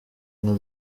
inka